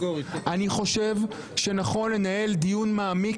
אני חושב שנכון לנהל דיון מעמיק,